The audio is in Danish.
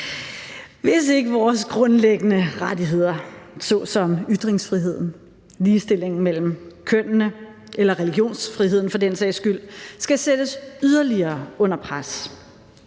Hvis ikke vores grundlæggende rettigheder såsom ytringsfriheden, ligestillingen mellem kønnene eller religionsfriheden for den sags skyld skal sættes yderligere under pres,